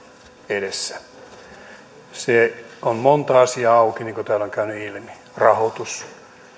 edessä monta asiaa on auki niin kuin täällä on käynyt ilmi rahoitus